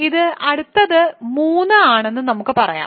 ഇത് അടുത്തത് 3 ആണെന്ന് നമുക്ക് പറയാം